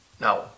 Now